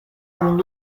com